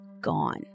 gone